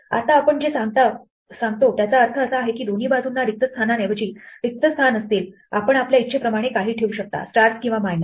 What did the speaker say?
आता आपण जे सांगतो त्याचा अर्थ असा आहे की दोन्ही बाजूंना रिक्त स्थानांऐवजी रिक्त स्थान असतील आपण आपल्या इच्छेप्रमाणे काहीही ठेवू शकता स्टार्स किंवा मायनस